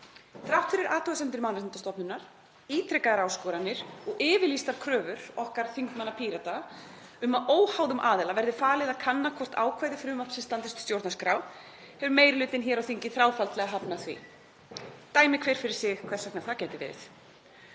Þrátt fyrir athugasemdir Mannréttindastofnunar, ítrekaðar áskoranir og yfirlýstar kröfur okkar þingmanna Pírata um að óháðum aðila verði falið að kanna hvort ákvæði frumvarpsins standist stjórnarskrá, hefur meiri hlutinn hér á þingi þráfaldlega hafnað því. Dæmi hver fyrir sig hvers vegna það gæti verið.